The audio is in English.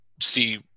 see